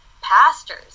pastors